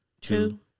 Two